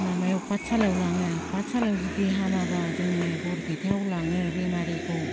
माबायाव पाथसालायाव लाङो पाथसालायाव जुदि हामाबा जोङो बरपेटायाव लाङो बेमारिखौ